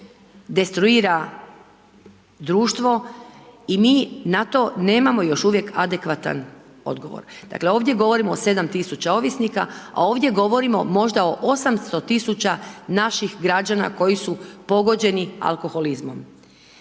destruira društvo i mi na to nemamo još uvijek adekvatan odgovor. Dakle ovdje govorimo o 7 tisuća ovisnika a ovdje govorimo možda o 800 tisuća naših građana koji su pogođeni alkoholizmom.